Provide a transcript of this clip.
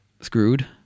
screwed